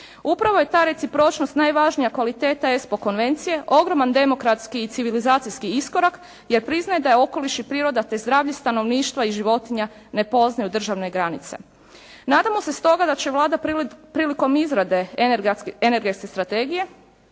Upravo je ta recipročnost najvažnija kvaliteta Espo konvencije, ogroman demokratski i civilizacijski iskorak jer priznaje da je okoliš i priroda te zdravlje stanovništva i životinja ne poznaju državne granice. Nadamo se stoga da će Vlada prilikom izrade energetske strategije